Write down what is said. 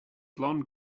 blonde